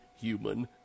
human